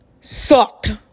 sucked